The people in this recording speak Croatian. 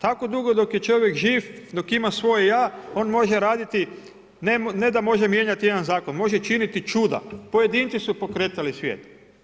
Tako dugo dok je čovjek živ, dok ima svoje ja, on može raditi, ne da može mijenjati jedan zakon, može činiti čuda, pojedinci su pokretali svijet.